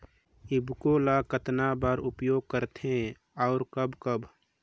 ईफको ल कतना बर उपयोग करथे और कब कब?